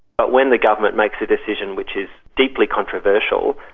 but when the government makes a decision which is deeply controversial,